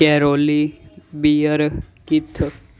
carolyn beer keith